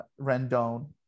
Rendon